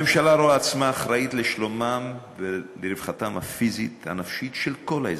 הממשלה רואה עצמה אחראית לשלומם ולרווחתם הפיזית והנפשית של כל האזרחים,